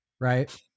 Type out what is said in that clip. right